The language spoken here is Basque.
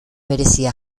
berezia